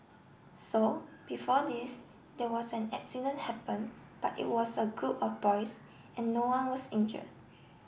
so before this there was an accident happened but it was a group of boys and no one was injured